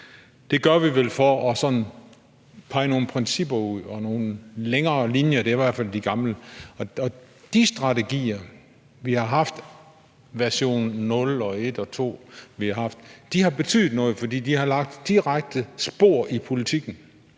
Det gør vi vel for sådan at pege nogle principper og nogle længere linjer ud. Og de strategier, vi har haft, i version 0 og 1 og 2, har betydet noget, for de har lagt direkte spor i politikken